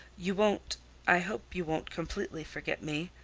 you won't i hope you won't completely forget me.